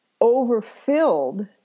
overfilled